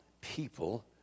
people